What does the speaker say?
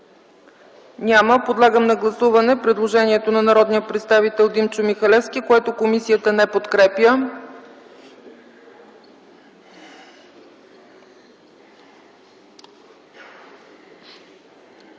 Няма. Гласуваме предложението на народния представител Димчо Михалевски, което комисията не подкрепя.